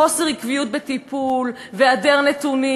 חוסר עקביות בטיפול והיעדר נתונים,